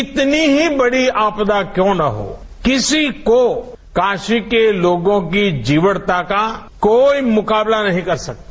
कितनी ही बड़ी आपदा क्यों न हो किसी को काशी के लोगों की जीवटता का कोई मुकाबला नहीं कर सकता